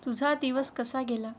तुझा दिवस कसा गेला